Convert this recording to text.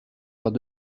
faire